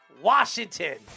Washington